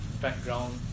background